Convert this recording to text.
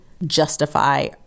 justify